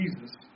Jesus